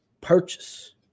purchase